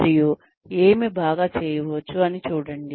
మరియు ఏమి బాగా చేయవచ్చు అని చూడండి